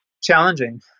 challenging